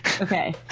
okay